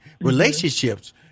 relationships